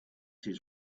his